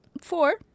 Four